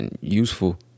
useful